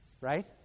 right